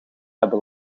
hebben